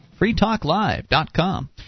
freetalklive.com